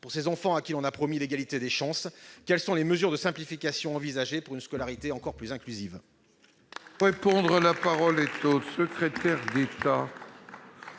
pour ces enfants à qui l'on a promis l'égalité des chances, quelles sont les mesures de simplification envisagées pour une scolarité encore plus inclusive ?